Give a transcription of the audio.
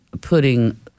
putting